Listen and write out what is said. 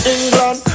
England